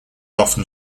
often